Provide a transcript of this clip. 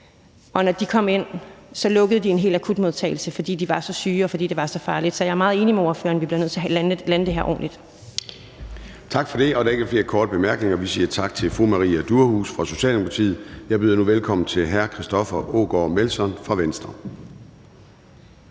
og når de kom ind, lukkede de en hel akutmodtagelse, fordi de var så syge, og fordi det var så farligt. Så jeg er meget enig med ordføreren i, at vi bliver nødt til lande det her ordentligt. Kl. 10:33 Formanden (Søren Gade): Der er ikke flere korte bemærkninger, så vi siger tak til fru Maria Durhuus fra Socialdemokratiet. Jeg byder nu velkommen til hr. Christoffer Aagaard Melson fra Venstre.